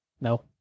no